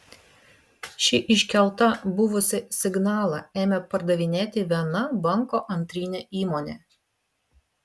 ši iškelta buvusį signalą ėmė pardavinėti viena banko antrinė įmonė